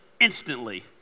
instantly